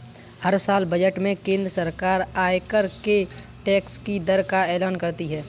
हर साल बजट में केंद्र सरकार आयकर के टैक्स की दर का एलान करती है